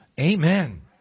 Amen